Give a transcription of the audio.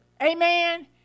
Amen